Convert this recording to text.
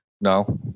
No